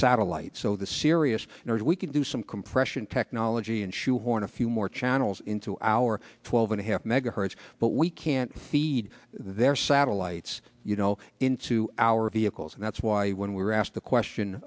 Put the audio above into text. satellite so the serious that we can do some compression technology and shoehorn a few more channels into our twelve and a half megahertz but we can't feed their satellites you know into our vehicles and that's why when we were asked the question